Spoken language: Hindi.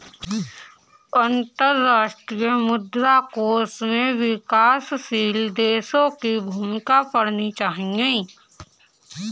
अंतर्राष्ट्रीय मुद्रा कोष में विकासशील देशों की भूमिका पढ़नी चाहिए